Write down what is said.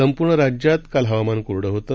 संपूर्ण राज्यात काल हवामान कोरडं होतं